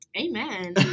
Amen